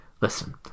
listen